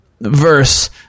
verse